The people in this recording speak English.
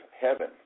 heaven